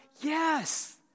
Yes